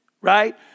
right